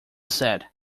said